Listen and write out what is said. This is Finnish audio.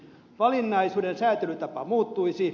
valinnaisuuden säätelytapa muuttuisi